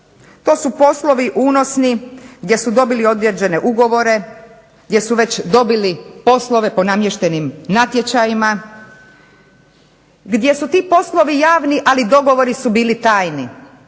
To su poslovi unosni gdje su dobili određene ugovore, gdje su već dobili poslove po namještenim natječajima, gdje su ti poslovi javni, ali dogovori su bili tajni